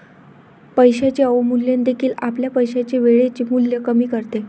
पैशाचे अवमूल्यन देखील आपल्या पैशाचे वेळेचे मूल्य कमी करते